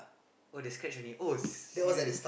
oh the scratch only oh serious